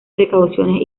precauciones